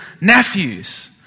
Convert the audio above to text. nephews